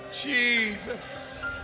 Jesus